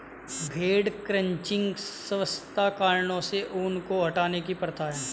भेड़ क्रचिंग स्वच्छता कारणों से ऊन को हटाने की प्रथा है